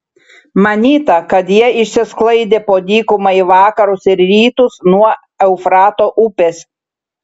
manyta kad jie išsisklaidė po dykumą į vakarus ir rytus nuo eufrato upės